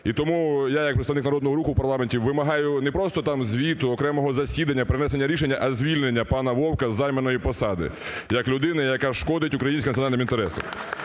І тому я, як представник "Народного руху" в парламенті, вимагаю не просто там звіту, окремого засідання, перенесення рішення, а звільнення пана Вовка із займаної посади, як людини, яка шкодить українським національним інтересам.